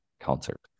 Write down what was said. concert